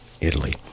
Italy